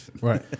Right